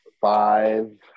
five